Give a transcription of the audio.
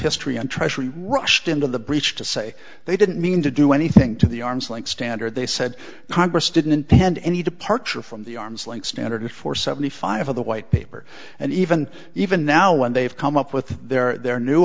history and treasury rushed into the breach to say they didn't mean to do anything to the arm's length standard they said congress didn't intend any departure from the arm's length standard for seventy five of the white paper and even even now when they've come up with their